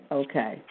okay